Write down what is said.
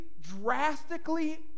drastically